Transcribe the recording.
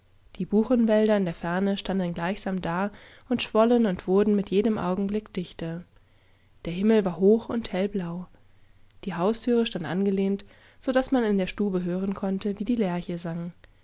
die buchenwälder in der ferne standen gleichsam da und schwollen und wurden mit jedem augenblick dichter derhimmelwarhochundhellblau diehaustürstandangelehnt so daß man in der stube hören konnte wie die lerche sang